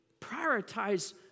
prioritize